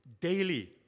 Daily